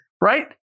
Right